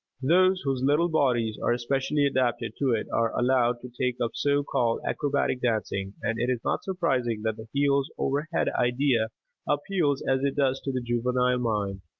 those whose little bodies are especially adapted to it are allowed to take up so-called acrobatic dancing, and it is not surprising that the heels-over-head idea appeals as it does to the juvenile mind.